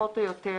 פחות או יותר,